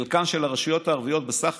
חלקן של הרשויות הערביות בסך